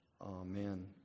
Amen